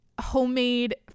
homemade